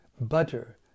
Butter